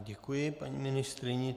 Děkuji paní ministryni.